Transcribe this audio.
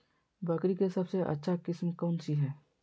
बकरी के सबसे अच्छा किस्म कौन सी है?